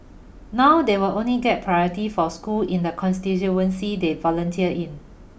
now they will only get priority for schools in the constituency they volunteer in